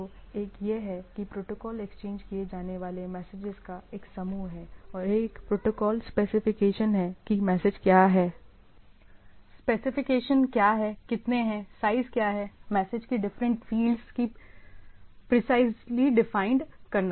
तो एक यह है कि प्रोटोकॉल एक्सचेंज किए जाने वाले मैसेजेस का एक समूह है और एक प्रोटोकॉल स्पेसिफिकेशन है कि मैसेज क्या है स्पेसिफिकेशन क्या है कितने हैं साइज क्या है मैसेज की डिफरेंट फील्ड्स को प्रीसाइजली डिफाइंड करना